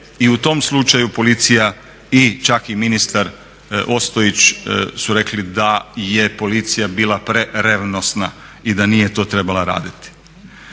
i u tom slučaju policija i čak i ministar Ostojić su rekli da je policija bila prerevnosna i da nije to trebala raditi.